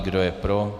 Kdo je pro?